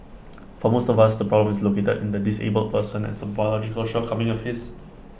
for most of us the problem is located in the disabled person as A biological shortcoming of his